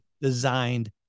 designed